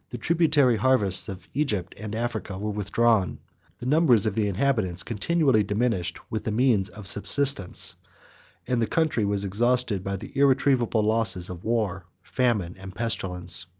the tributary harvests of egypt and africa were withdrawn the numbers of the inhabitants continually diminished with the means of subsistence and the country was exhausted by the irretrievable losses of war, famine, and pestilence.